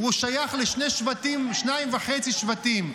המזרחי שייך לשניים וחצי שבטים,